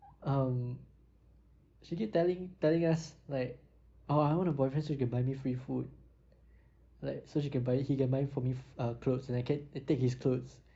um she keep telling telling us like oh I want a boyfriend so he can buy me free food like so she can buy he can buy for me err clothes and I can take his clothes